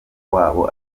wabo